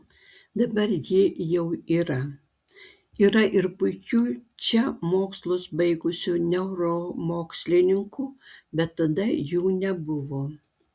dabar ji jau yra yra ir puikių čia mokslus baigusių neuromokslininkų bet tada jų nebuvo